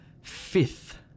FIFTH